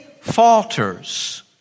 falters